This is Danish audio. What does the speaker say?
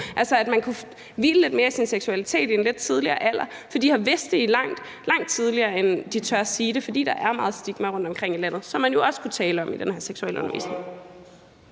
altså kunne hvile lidt mere i sin seksualitet i en lidt tidligere alder, for de har vidst det, langt tidligere end de har turdet sige, fordi der er meget stigma rundtomkring i landet, som man jo også kunne tale om i den her seksualundervisning.